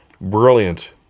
brilliant